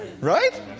Right